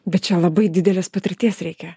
bet čia labai didelės patirties reikia